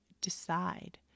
decide